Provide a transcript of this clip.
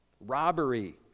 robbery